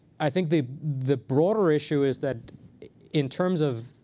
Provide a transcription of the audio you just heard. i think the the broader issue is that in terms of